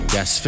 Yes